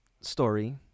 story